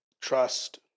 Trust